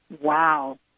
Wow